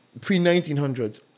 pre-1900s